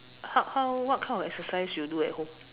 how how what kind of exercise you do at home